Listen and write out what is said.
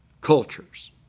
cultures